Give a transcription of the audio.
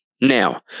Now